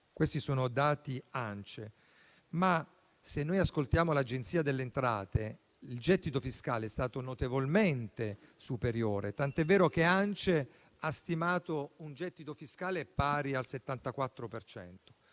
secondo dati ANCE. Se però noi ascoltiamo l'Agenzia delle entrate, il gettito fiscale è stato notevolmente superiore, tanto che ANCE ha stimato un gettito fiscale pari al 74